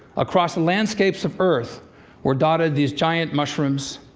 across the landscapes of earth were dotted these giant mushrooms.